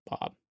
Bob